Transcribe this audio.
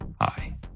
Hi